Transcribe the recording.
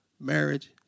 marriage